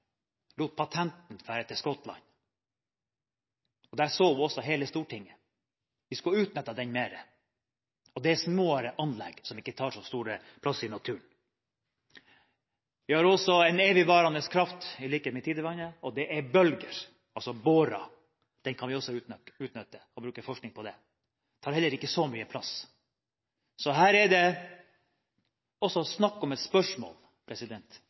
lot patentet gå til Skottland. Der sov hele Stortinget – vi skulle ha utnyttet det, det er små anlegg som ikke tar så stor plass i naturen. Vi har – i likhet med tidevannet – en evigvarende kraft, nemlig bølger, bårer, som vi også kan utnytte og forske på. Det tar heller ikke så mye plass. Så her er det også snakk om